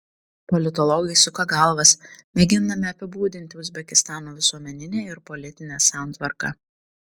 politologai suka galvas mėgindami apibūdinti uzbekistano visuomeninę ir politinę santvarką